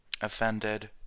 offended